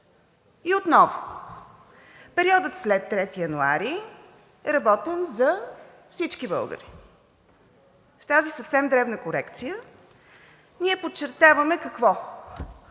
И отново – периодът след 3 януари е работен за всички българи. С тази съвсем дребна корекция ние подчертаваме какво?